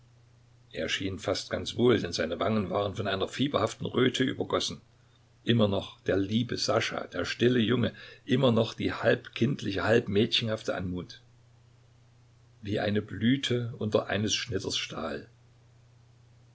schien fast ganz wohl denn seine wangen waren von einer fieberhaften röte übergossen immer noch der liebe sascha der stille junge immer noch die halb kindliche halb mädchenhafte anmut wie eine blüte unter eines schnitters stahl